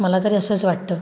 मला तरी असंच वाटतं